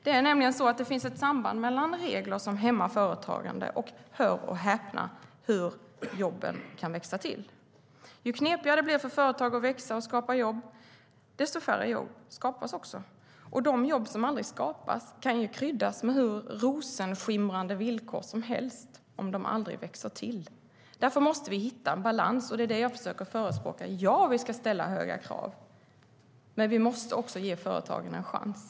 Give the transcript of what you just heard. Det finns nämligen ett samband - hör och häpna - mellan regler som hämmar företagande och möjligheten för jobben att växa till. Ju knepigare det blir för företag att växa och skapa jobb, desto färre jobb skapas. De jobb som aldrig skapas kan ju kryddas med hur rosenskimrande villkor som helst om de aldrig växer till. Därför måste vi hitta en balans, och det är det jag försöker förespråka. Ja, vi ska ställa höga krav, men vi måste också ge företagen en chans.